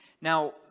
Now